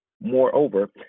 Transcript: Moreover